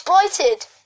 exploited